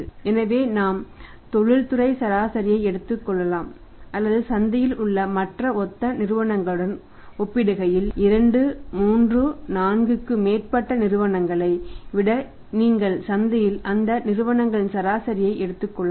எனவே நாம் தொழில்துறை சராசரியை எடுத்துக் கொள்ளலாம் அல்லது சந்தையில் உள்ள மற்ற ஒத்த நிறுவனங்களுடன் ஒப்பிடுகையில் 2 3 4 க்கும் மேற்பட்ட நிறுவனங்களை விட நீங்கள் சந்தையில் அந்த நிறுவனங்களின் சராசரியை எடுத்துக் கொள்ளலாம்